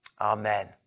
Amen